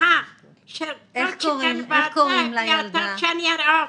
--- שאני אראה אותה,